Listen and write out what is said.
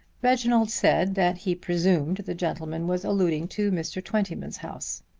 reginald said that he presumed the gentleman was alluding to mr. twentyman's house.